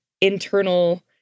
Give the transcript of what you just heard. internal